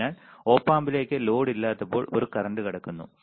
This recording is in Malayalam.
അതിനാൽ Op amp ലേക്ക് ലോഡ് ഇല്ലാത്തപ്പോൾ ഒരു കറന്റ് കടക്കുന്നു